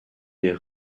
les